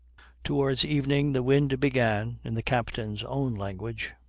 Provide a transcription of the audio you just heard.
towards evening the wind began, in the captain's own language,